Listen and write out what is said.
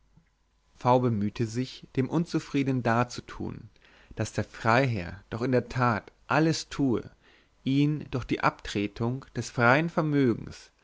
v bemühte sich dem unzufriedenen darzutun daß der freiherr doch in der tat alles tue ihn durch die abtretung des freien vermögens